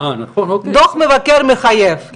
דוח מבקר מחייב,